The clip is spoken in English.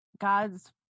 God's